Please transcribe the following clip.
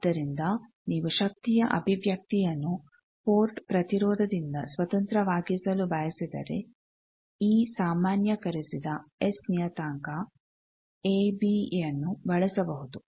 ಆದ್ದರಿಂದ ನೀವು ಶಕ್ತಿಯ ಅಭಿವ್ಯಕ್ತಿಯನ್ನು ಪೋರ್ಟ್ ಪ್ರತಿರೋಧದಿಂದ ಸ್ವತಂತ್ರವಾಗಿಸಲು ಬಯಸಿದರೆ ಈ ಸಾಮಾನ್ಯಕರಿಸಿದ ಎಸ್ ನಿಯತಾಂಕ ಎ ಬಿ ಯನ್ನು ಬಳಸಬಹುದು